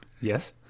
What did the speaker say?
Yes